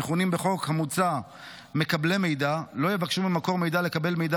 המכונים בחוק המוצע "מקבלי מידע" לא יבקשו ממקור מידע לקבל מידע